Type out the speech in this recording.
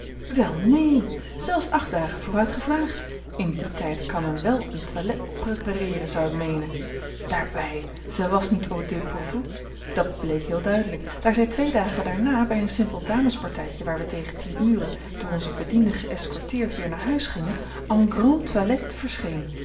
wel neen ze was acht dagen vooruit gevraagd in dien tijd kan men wel een toilet prepareeren zou ik meenen daarbij zij was niet au dépourvu dat bleek heel duidelijk daar zij twee dagen daarna bij een simpel damespartijtje waar we tegen tien ure door onze bedienden geëscorteerd weer naar huis gingen en grande toilette verscheen